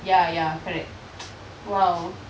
ya ya correct !wow!